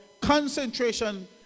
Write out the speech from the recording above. concentration